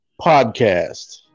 podcast